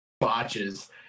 botches